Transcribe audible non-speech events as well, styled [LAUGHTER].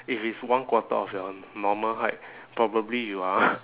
if it's one quarter of your normal height probably you are [NOISE]